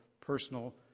personal